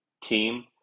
team